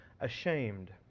ashamed